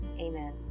Amen